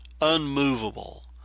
unmovable